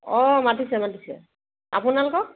অঁ মাতিছে মাতিছে আপোনালোকক